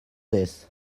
this